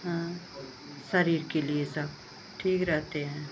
हाँ शरीर के लिए सब ठीक रहते हैं